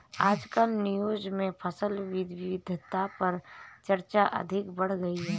आजकल न्यूज़ में फसल विविधता पर चर्चा अधिक बढ़ गयी है